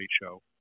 ratio